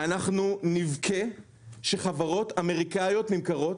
אנחנו נבכה שחברות אמריקאיות נמכרות.